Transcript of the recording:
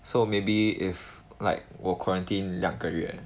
so maybe if like 我 quarantine 两个月